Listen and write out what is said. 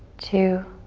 two,